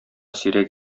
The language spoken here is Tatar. сирәк